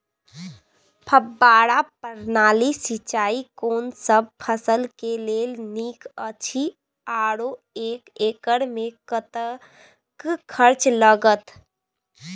फब्बारा प्रणाली सिंचाई कोनसब फसल के लेल नीक अछि आरो एक एकर मे कतेक खर्च लागत?